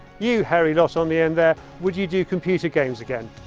you hairy lot on the end there, would you do computer games again?